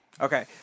Okay